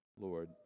Lord